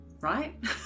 right